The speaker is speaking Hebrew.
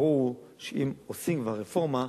ברור שאם עושים כבר רפורמה,